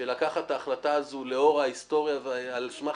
שלקחת את ההחלטה הזאת לאור ההיסטוריה ועל סמך